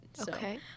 Okay